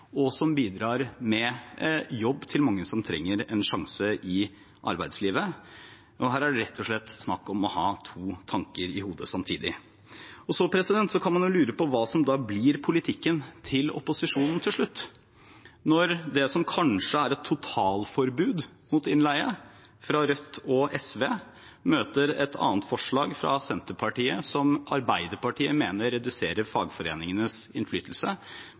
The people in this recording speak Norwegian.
og som bidrar med jobb til mange som trenger en sjanse i arbeidslivet. Her er det rett og slett snakk om å ha to tanker i hodet samtidig. Så kan man jo lure på hva som blir politikken til opposisjonen til slutt når det som kanskje er et totalforbud mot innleie fra Rødt og SV, møter et annet forslag fra Senterpartiet, som Arbeiderpartiet mener reduserer fagforeningenes innflytelse.